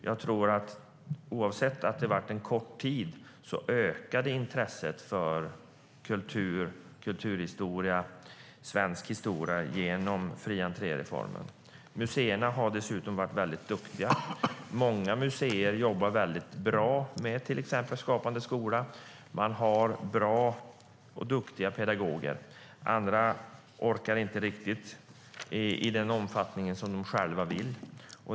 Även om det bara var en kort tid tror jag att intresset för kultur, kulturhistoria och svensk historia ökade genom fri entré-reformen. Museerna har varit duktiga. Många museer jobbar bra med till exempel Skapande skola. De har bra och duktiga pedagoger. Andra orkar inte riktigt i den omfattning de själva vill.